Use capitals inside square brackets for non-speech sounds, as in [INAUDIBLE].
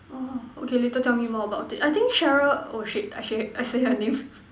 orh okay later tell me more about it I think Sheryl oh shit I say I say her name [LAUGHS]